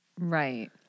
Right